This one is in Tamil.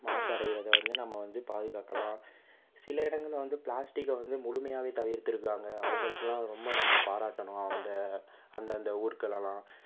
மாசடையறதை வந்து நம்ம வந்து பாதுகாக்கலாம் சில இடங்களில் வந்து ப்ளாஸ்டிக்கை வந்து முழுமையாகவே தவிர்த்திருக்காங்க அவர்களுக்கெல்லாம் ரொம்ப நம்ப பாராட்டணும் அந்த அந்தந்த ஊர்களெல்லாம்